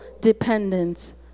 dependence